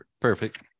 Perfect